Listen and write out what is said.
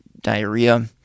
diarrhea